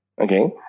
Okay